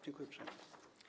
Dziękuję uprzejmie.